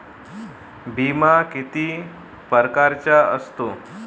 बिमा किती परकारचा असतो?